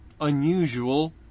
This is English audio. unusual